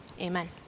Amen